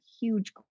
huge